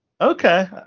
Okay